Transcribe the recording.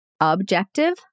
objective